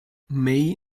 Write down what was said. may